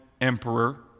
emperor